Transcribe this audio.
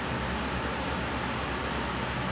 singapore cuba try